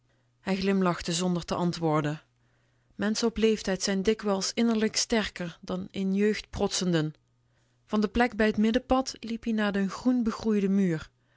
hij glimlachte zonder te antwoorden menschen op leeftijd zijn dikwijls innerlijk sterker dan in jeugd protsenden van de plek bij t middenpad liep-ie naar den groen begroeiden muur